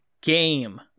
game